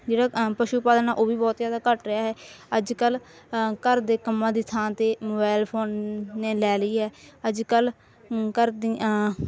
ਜਿਹੜਾ ਪਸ਼ੂ ਪਾਲਣ ਆ ਉਹ ਵੀ ਬਹੁਤ ਜ਼ਿਆਦਾ ਘੱਟ ਰਿਹਾ ਹੈ ਅੱਜ ਕੱਲ ਘਰ ਦੇ ਕੰਮਾਂ ਦੀ ਥਾਂ ਤਾਂ ਮੋਬਾਇਲ ਫੋਨ ਨੇ ਲੈ ਲਈ ਹੈ ਅੱਜ ਕੱਲ ਘਰ ਦੀਆਂ